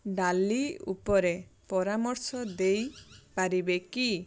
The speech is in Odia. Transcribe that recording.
ଡାଲି ଉପରେ ପରାମର୍ଶ ଦେଇ ପାରିବେ କି